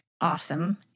awesome